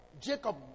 Jacob